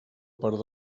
part